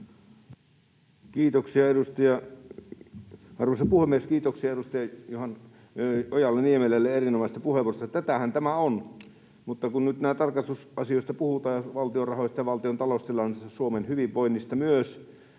Content: Arvoisa puhemies! Kiitoksia edustaja Ojala-Niemelälle erinomaisesta puheenvuorosta. Tätähän tämä on. Kun nyt näistä tarkastusasioista puhutaan, ja valtion rahoista ja valtion taloustilanteesta, Suomen hyvinvoinnista myös,